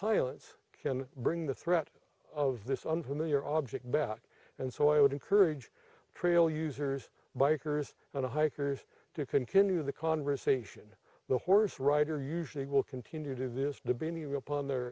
silence can bring the threat of this unfamiliar object back and so i would encourage trail users bikers and hikers to continue the conversation the horse rider usually will continue to this debate even upon their